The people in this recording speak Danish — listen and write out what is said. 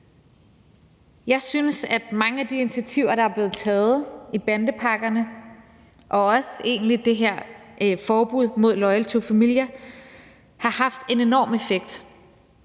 Jeg synes, at mange af de initiativer, der er blevet taget i bandepakkerne, og også egentlig det her forbud mod Loyal To Familia har haft en enorm effekt,